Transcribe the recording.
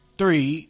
three